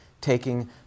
taking